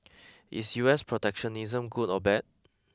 is U S protectionism good or bad